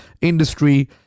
industry